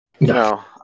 No